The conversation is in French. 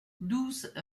douze